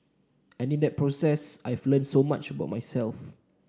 and in that process I've learnt so much about myself